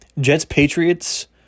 Jets-Patriots